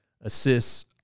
assists